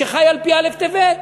שחי על-פי א' טבת,